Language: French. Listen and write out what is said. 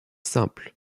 simple